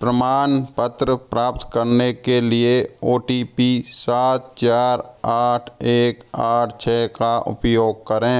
प्रमाण पत्र प्राप्त करने के लिए ओ टी पी सात चार आठ एक आठ छः का उपयोग करें